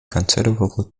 considerable